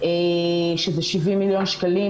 שזה 70 מיליון שקלים,